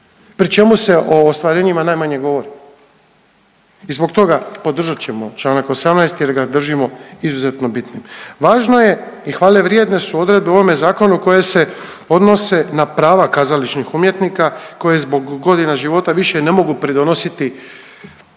pri čemu se o ostvarenjima najmanje govori. I zbog toga podržat ćemo čl. 18. jer ga držimo izuzetno bitnim. Važno je i hvale vrijedne su odredbe u ovome zakonu koje se odnose na prava kazališnih umjetnika koje zbog godina života više ne mogu pridonositi niti